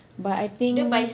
but I think